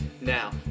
Now